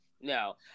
No